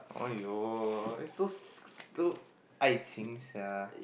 !aiyo! it's so so 爱情 sia